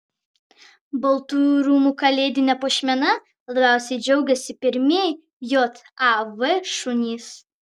baltųjų rūmų kalėdine puošmena labiausiai džiaugiasi pirmieji jav šunys